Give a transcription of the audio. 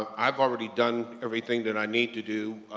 ah i've already done everything that i need to do.